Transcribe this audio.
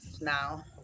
now